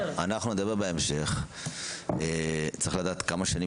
נצטרך לראות מה קורה אם אחרי כמה שנים